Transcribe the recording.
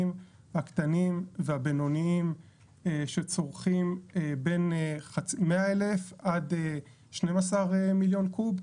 הקטנים והבינוניים שצורכים בין 100,000 עד 12 מיליון קוב,